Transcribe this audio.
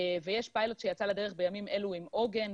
יש פיילוט שיצא לדרך בימים אלו עם עוגן,